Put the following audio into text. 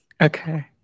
Okay